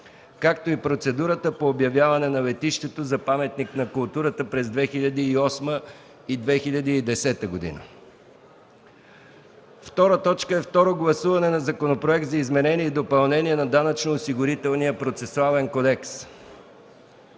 както и процедурата по обявяване на летището за паметник на културата през 2008 г. и 2010 г. 2. Второ гласуване на Законопроект за изменение и допълнение на Данъчно-осигурителния процесуален кодекс.